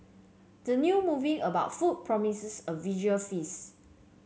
the new movie about food promises a visual feasts